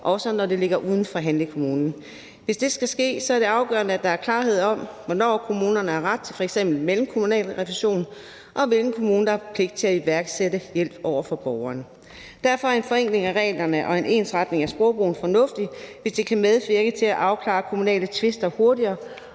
også når det ligger uden for handlekommunen. Hvis det skal ske, er det afgørende, at der er klarhed over, hvornår kommunerne har ret til f.eks. mellemkommunal refusion, og hvilken kommune der har pligt til at iværksætte hjælp over for borgeren. Derfor er en forenkling af reglerne og en ensretning af sprogbrugen fornuftig, hvis det kan medvirke til at afklare kommunale tvister hurtigere